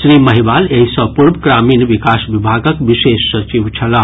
श्री महिवाल एहि सँ पूर्व ग्रामीण विकास विभागक विशेष सचिव छलाह